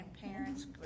grandparents